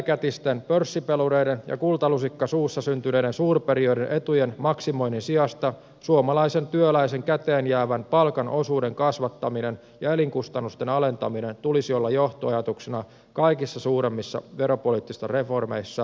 sileäkätisten pörssipelureiden ja kultalusikka suussa syntyneiden suurperijöiden etujen maksimoinnin sijasta suomalaisen työläisen käteenjäävän palkan osuuden kasvattamisen ja elinkustannusten alentamisen tulisi olla johtoajatuksena kaikissa suuremmissa veropoliittisissa reformeissa tulevaisuudessa